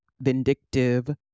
vindictive